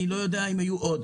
אני לא יודע אם היו עוד.